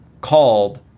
called